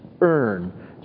earn